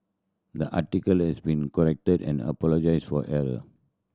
the article has been corrected and apologise for error